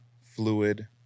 fluid